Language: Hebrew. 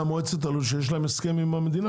מועצת הלול אומרים לי שכבר יש להם הסכם עם המדינה.